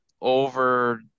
over